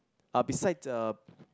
uh beside the